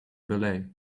ballet